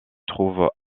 trouve